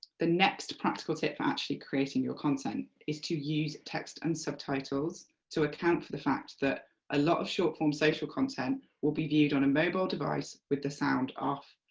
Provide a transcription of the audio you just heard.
the next practical tip for actually creating your content is to use text and subtitles to account for the fact that a lot of short form social content will be viewed on a mobile device with the sound off.